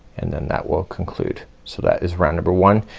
and then that will conclude. so that is round number one.